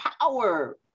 Power